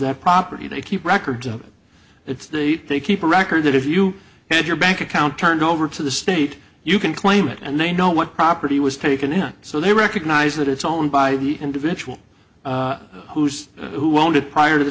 that property they keep records of its date they keep a record that if you had your bank account turned over to the state you can claim it and they know what property was taken in so they recognize that it's owned by the individual who's who won't it prior to the